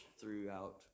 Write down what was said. throughout